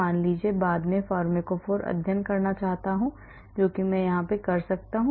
मान लीजिए बाद में मैं फार्माकोफोर अध्ययन करना चाहता हूं जो मैं कर सकता हूं